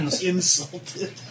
Insulted